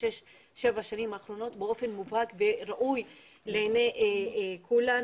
שש-שבע השנים האחרונות באופן מובהק וראוי לעיני כולנו.